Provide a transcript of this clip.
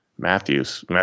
Matthew's